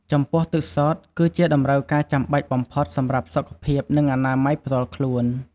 ចំពោះទឹកសុទ្ធ គឺជាតម្រូវការចាំបាច់បំផុតសម្រាប់សុខភាព និងអនាម័យផ្ទាល់ខ្លួន។